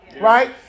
right